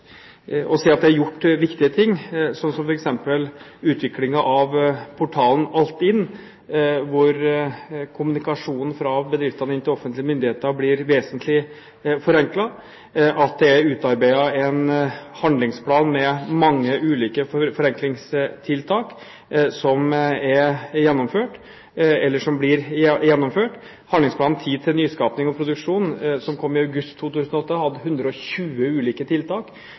at det er gjort viktige ting, som f.eks. utviklingen av portalen Altinn, hvor kommunikasjonen fra bedriftene inn til offentlige myndigheter blir vesentlig forenklet. Det er utarbeidet en handlingsplan med mange ulike forenklingstiltak som er gjennomført, eller som blir gjennomført, og handlingsplanen «Tid til nyskaping og produksjon», som kom i august 2008, hadde 120 ulike tiltak